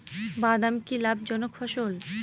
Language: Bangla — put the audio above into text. বাদাম কি লাভ জনক ফসল?